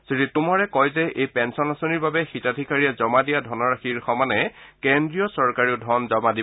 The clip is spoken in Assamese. শ্ৰীটোমৰে কয় যে এই পেঞ্চন আঁচনিৰ বাবে হিতাধিকাৰীয়ে জমা দিয়া ধনৰাশিৰ সমানে কেন্দ্ৰীয় চৰকাৰেও ধন জমা কৰিব